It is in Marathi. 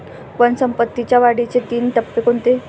वनस्पतींच्या वाढीचे तीन टप्पे कोणते?